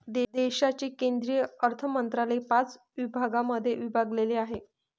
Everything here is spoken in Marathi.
देशाचे केंद्रीय अर्थमंत्रालय पाच विभागांमध्ये विभागलेले आहे